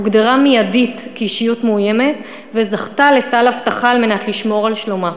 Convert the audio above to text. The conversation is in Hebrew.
הוגדרה מיידית כאישיות מאוימת וזכתה לסל אבטחה על מנת לשמור על שלומה.